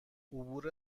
عبور